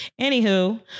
Anywho